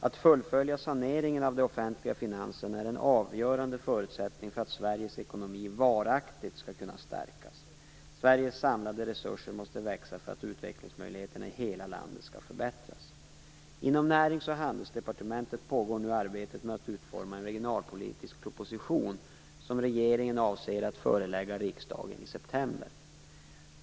Att fullfölja saneringen av de offentliga finanserna är en avgörande förutsättning för att Sveriges ekonomi varaktigt skall kunna stärkas. Sveriges samlade resurser måste växa för att utvecklingsmöjligheterna i hela landet skall förbättras. Inom Närings och handelsdepartementet pågår nu arbetet med att utforma en regionalpolitisk proposition, som regeringen avser att förelägga riksdagen i september.